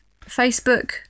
Facebook